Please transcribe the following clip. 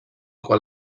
qual